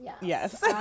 yes